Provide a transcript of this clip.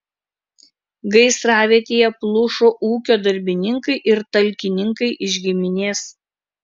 gaisravietėje plušo ūkio darbininkai ir talkininkai iš giminės